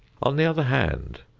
on the other hand,